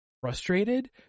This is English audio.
frustrated